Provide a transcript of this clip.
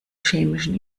chemischen